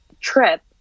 trip